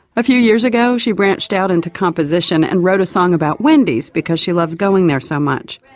a few years ago she branched out into composition and wrote a song about wendy's because she loves going there so much.